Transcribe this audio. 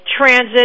Transit